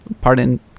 pardon